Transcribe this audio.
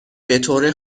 بطور